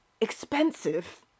Expensive